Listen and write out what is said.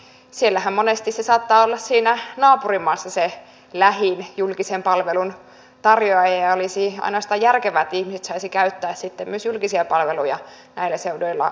siellähän monesti se lähin julkisen palvelun tarjoaja saattaa olla siinä naapurimaassa ja olisi ainoastaan järkevää että ihmiset saisivat käyttää sitten myös julkisia palveluja näillä seuduilla rajojen yli